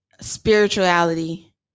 Spirituality